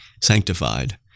sanctified